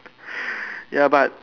ya but